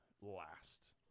last